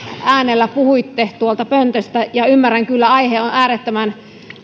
äänellä puhuitte tuolta pöntöstä ja ymmärrän kyllä aihe on äärettömän